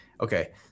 okay